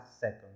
second